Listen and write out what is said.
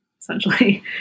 essentially